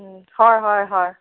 ওম হয় হয় হয়